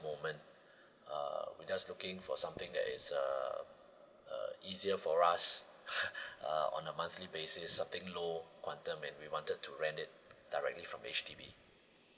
moment uh we're just looking for something that is uh uh easier for us uh on a monthly basis something low on the main we wanted to rent it directly from H_D_B